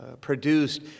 produced